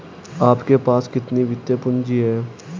आपके पास कितनी वित्तीय पूँजी है?